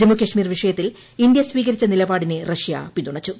ജമ്മുകാശ്മീർ വിഷയത്തിൽ ഇന്ത്യ സ്വീകരിച്ച നിലപാടിനെ റഷ്യ പിന്തുണച്ചു